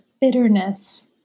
bitterness